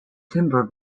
timber